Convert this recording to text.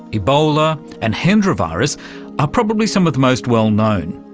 ebola and hendra virus are probably some of the most well-known,